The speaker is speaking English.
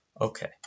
Okay